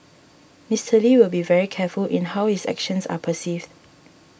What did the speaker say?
Mister Lee will be very careful in how is actions are perceived